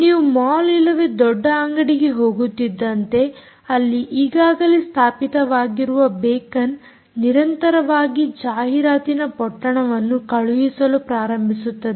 ನೀವು ಮಾಲ್ ಇಲ್ಲವೇ ದೊಡ್ಡ ಅಂಗಡಿಗೆ ಹೋಗುತ್ತಿದ್ದಂತೆ ಅಲ್ಲಿ ಈಗಾಗಲೇ ಸ್ಥಾಪಿತವಾಗಿರುವ ಬೇಕನ್ನಿರಂತರವಾಗಿ ಜಾಹಿರಾತಿನ ಪೊಟ್ಟಣವನ್ನು ಕಳುಹಿಸಲು ಪ್ರಾರಂಭಿಸುತ್ತದೆ